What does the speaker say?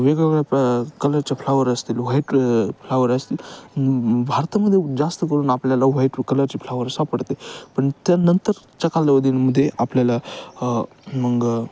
वेगवेगळ्या प कलरच्या फ्लाॅवर असतील व्हाईट फ्लावर असतील भारतामध्ये जास्त करून आपल्याला व्हाईट कलरचे फ्लावरर्स सापडते पण त्यानंतरच्या कालवधींमध्ये आपल्याला मग